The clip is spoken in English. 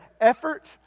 effort